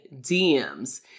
DMs